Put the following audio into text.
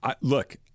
Look